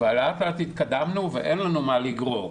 אבל לאט לאט התקדמנו ואין לנו מה לגרור,